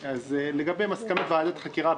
לגבי מסקנות ועדת החקירה הפרלמנטרית,